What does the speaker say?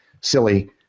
silly